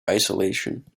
isolation